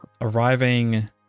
arriving